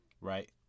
right